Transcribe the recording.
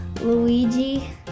Luigi